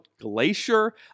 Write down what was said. Glacier